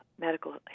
medical